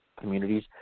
communities